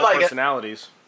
personalities